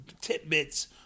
tidbits